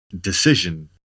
decision